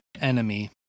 enemy